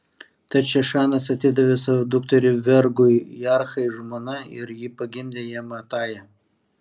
tad šešanas atidavė savo dukterį vergui jarhai žmona ir ji pagimdė jam atają